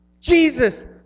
Jesus